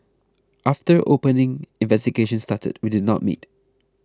after opening investigations started we did not meet